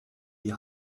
die